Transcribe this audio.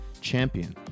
champion